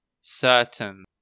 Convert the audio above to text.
certain